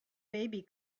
baby